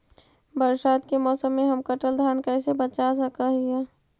बरसात के मौसम में हम कटल धान कैसे बचा सक हिय?